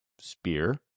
spear